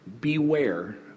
Beware